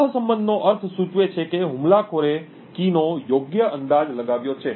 સહસંબંધનો અર્થ સૂચવે છે કે હુમલાખોરે કી નો યોગ્ય અંદાજ લગાવ્યો છે